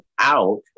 out